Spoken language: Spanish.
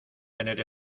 tener